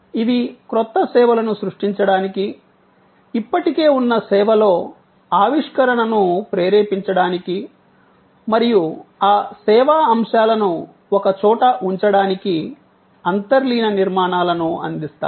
ఇవి క్రొత్త సేవలను సృష్టించడానికి ఇప్పటికే ఉన్న సేవలో ఆవిష్కరణను ప్రేరేపించడానికి మరియు ఆ సేవా అంశాలను ఒకచోట ఉంచడానికి అంతర్లీన నిర్మాణాలను అందిస్తాయి